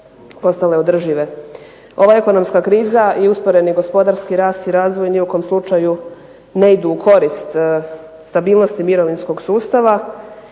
postale održive. Ova ekonomska kriza i usporeni gospodarski rast i razvoj ni u kom slučaju ne idu u korist stabilnosti mirovinskog sustava